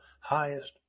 highest